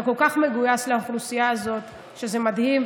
אתה כל כך מגויס לאוכלוסייה הזאת שזה מדהים,